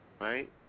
right